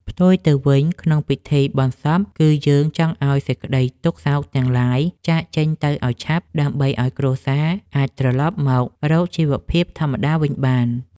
ផ្ទុយទៅវិញក្នុងពិធីបុណ្យសព គឺ យើងចង់ឱ្យសេចក្តីទុក្ខសោកទាំងឡាយចាកចេញទៅឱ្យឆាប់ដើម្បីឱ្យគ្រួសារអាចត្រឡប់មករកជីវភាពធម្មតាវិញបាន។